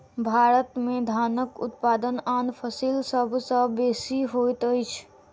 भारत में धानक उत्पादन आन फसिल सभ सॅ बेसी होइत अछि